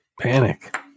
Panic